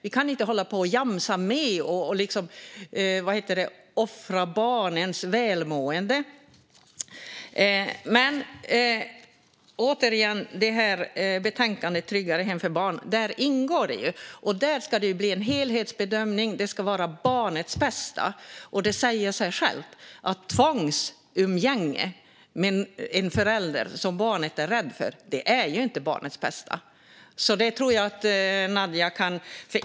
Vi kan inte hålla på och jamsa med och offra barns välmående. Enligt betänkandet Tryggare hem för barn ska det göras en helhetsbedömning utifrån barnets bästa, och det säger sig självt att tvångsumgänge med en förälder barnet är rädd för inte är barnets bästa.